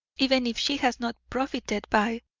even if she has not profited by,